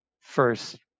first